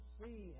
see